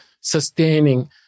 sustaining